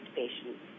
patients